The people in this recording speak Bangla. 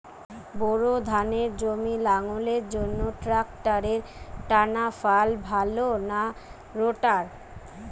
বোর ধানের জমি লাঙ্গলের জন্য ট্রাকটারের টানাফাল ভালো না রোটার?